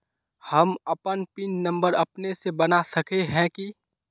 हम अपन PIN number अपने से बना सके है की?